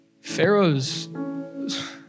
Pharaoh's